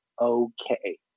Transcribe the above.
okay